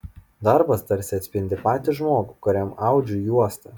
darbas tarsi atspindi patį žmogų kuriam audžiu juostą